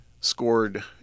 scored